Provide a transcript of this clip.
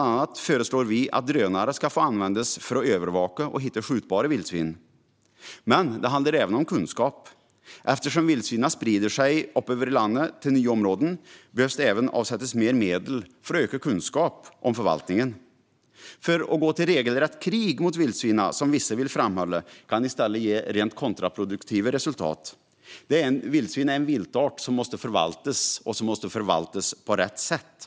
Vi föreslår bland annat att drönare ska få användas för att övervaka och hitta skjutbara vildsvin. Det handlar även om kunskap. Eftersom vildsvinen sprider sig upp över landet till nya områden behöver det avsättas mer medel för att öka kunskapen om förvaltningen. Att gå till regelrätt krig mot vildsvinen, vilket vissa vill göra, kan nämligen vara rent kontraproduktivt. Vildsvin är en viltart som måste förvaltas - och förvaltas på rätt sätt.